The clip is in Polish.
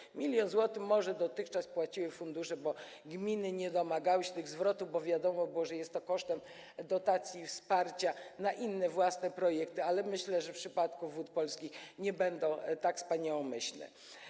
1 mln zł może dotychczas płaciły fundusze, bo gminy nie domagały się tych zwrotów, bo wiadomo było, że jest to kosztem dotacji, wsparcia na inne, własne projekty, ale myślę, że w przypadku Wód Polskich nie będą tak wspaniałomyślne.